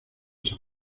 san